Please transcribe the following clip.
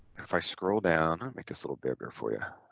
if i scroll down make this a little bigger for you